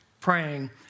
praying